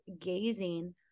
gazing